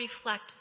reflect